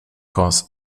cause